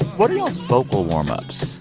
what are vocal warm-ups?